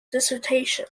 dissertation